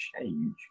change